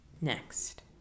Next